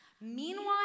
Meanwhile